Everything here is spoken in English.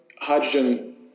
hydrogen